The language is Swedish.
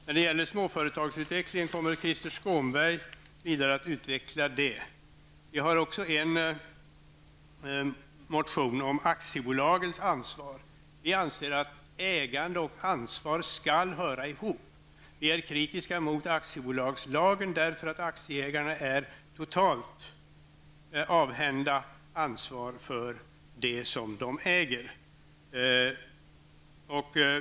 Vår syn på småföretagsutveckling kommer Krister Skånberg att utveckla vidare. Vi har en motion om aktiebolagens ansvar. Vi anser att ägande och ansvar skall höra ihop. Vi är kritiska mot aktiebolagslagen, därför att aktieägarna är totalt avhända ansvar för det som de äger.